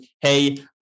hey